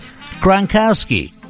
Gronkowski